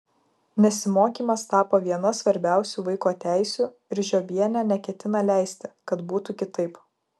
nesimokymas tapo viena svarbiausių vaiko teisių ir žiobienė neketina leisti kad būtų kitaip